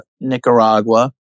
Nicaragua